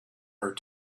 her